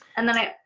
and then i,